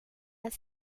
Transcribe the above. las